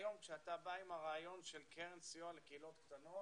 כשאתה בא עם הרעיון של קרן סיוע לקהילות קטנות,